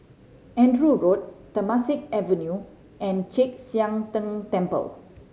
Andrew Road Temasek Avenue and Chek Sian Tng Temple